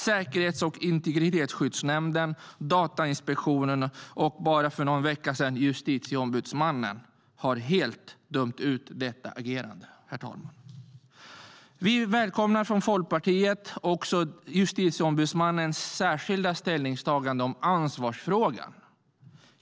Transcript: Säkerhets och integritetsskyddsnämnden, Datainspektionen och för bara någon vecka sedan Justitieombudsmannen har helt dömt ut detta agerande, herr talman. Vi från Folkpartiet välkomnar Justitieombudsmannens särskilda ställningstagande om ansvarsfrågan.